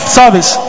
service